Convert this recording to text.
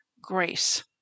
grace